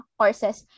courses